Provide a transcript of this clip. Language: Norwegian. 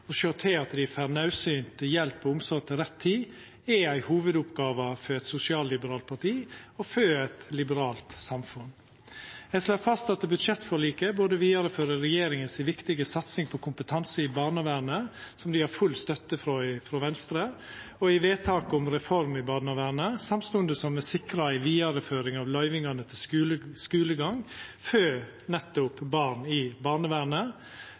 og sjå til at dei får naudsynt hjelp og omsorg til rett tid, er ei hovudoppgåve for eit sosialliberalt parti og for eit liberalt samfunn. Eg slår fast at budsjettforliket både fører vidare regjeringa si viktige satsing på kompetanse i barnevernet, som dei har full støtte for frå Venstre, og vedtaket om reform i barnevernet, samstundes som me sikrar ei vidareføring av løyvingane til skulegang for barn i barnevernet,